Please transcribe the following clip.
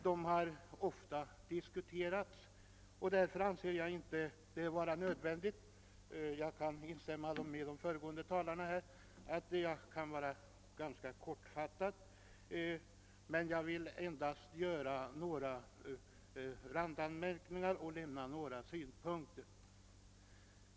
De har ofta diskuterats. Därför kan jag liksom de föregående talarna vara ganska kortfattad. Jag vill endast göra några randanmärkningar och anföra några synpunkter.